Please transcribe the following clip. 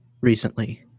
recently